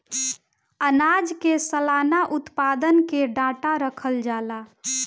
आनाज के सलाना उत्पादन के डाटा रखल जाला